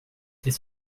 était